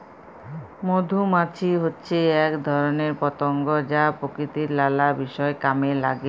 মধুমাছি হচ্যে এক ধরণের পতঙ্গ যা প্রকৃতির লালা বিষয় কামে লাগে